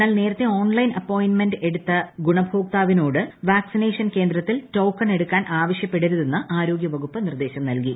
എന്നാൽ നേരത്തെ online appointment എടുത്ത ഗുണഭോക്താവിനെ ഒരിക്കലും വാക്സിനേഷൻ കേന്ദ്രത്തിൽ ടോക്കൺ എടുക്കാൻ ആവശൃപ്പെടരുതെന്ന് ആരോഗൃ വകുപ്പ് നിർദേശം നൽകി